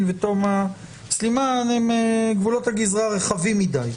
ותומא סלימאן הם גבולות גזרה רחבים מדי.